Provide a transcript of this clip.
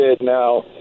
now